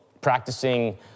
practicing